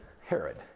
Herod